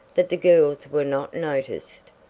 that the girls were not noticed.